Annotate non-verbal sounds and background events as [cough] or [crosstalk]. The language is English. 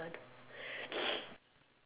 [noise]